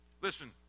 Listen